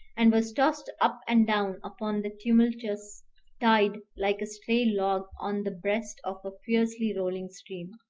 and was tossed up and down upon the tumultuous tide like a stray log on the breast of a fiercely rolling stream,